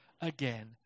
again